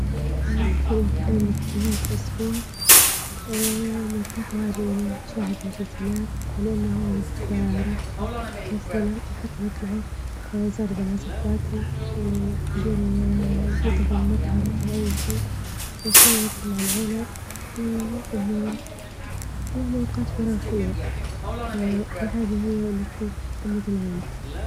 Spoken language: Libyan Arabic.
في الويك إند نهاية الأسبوع نرتاح واجد أني نتشاهد المسلسلات لأن هو وجت راحتي أو فيلم أو حتى نطلعوا زردة مع صحباتي، نطلب من مطعم أو أي شي وشوية وجت مع العيلة ونوم، يعني أوقات فراغ حلوة وأحلى حاجة هي إنك لمة العيلة.